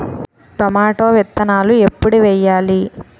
Tomato విత్తనాలు ఎప్పుడు వెయ్యాలి?